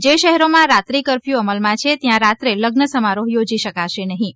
જે શહેરોમાં રાત્રી કરફ્યુ અમલમાં છે ત્યાં રાત્રે લઝ્ન સમારોહ યોજી શકાશે નહીં